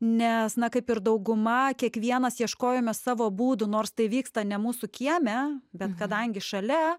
nes na kaip ir dauguma kiekvienas ieškojome savo būdu nors tai vyksta ne mūsų kieme bet kadangi šalia